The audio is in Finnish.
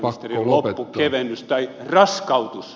pääministerin loppukevennys tai raskautus